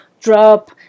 drop